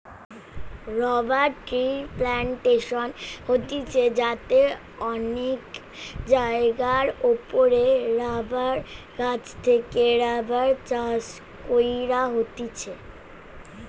rubber ট্রির plantation হতিছে যাতে অনেক জায়গার ওপরে রাবার গাছ থেকে রাবার চাষ কইরা হতিছে